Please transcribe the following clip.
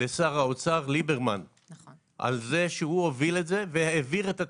האוצר ליברמן על זה שהוא הוביל את זה והעביר את התקציב.